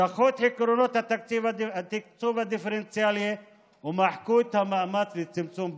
שכחו את עקרונות התקצוב הדיפרנציאלי ומחקו את המאמץ לצמצום פערים.